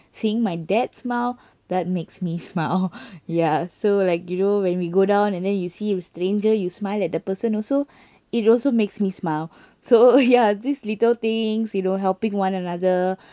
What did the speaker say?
seeing my dad's smile that makes me smile ya so like you know when we go down and then you see a stranger you smile at the person also it also makes me smile so ya this little things you know helping one another